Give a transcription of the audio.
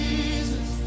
Jesus